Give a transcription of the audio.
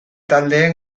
taldeek